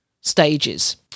stages